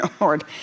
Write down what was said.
Lord